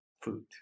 food